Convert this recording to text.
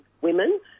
women